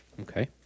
Okay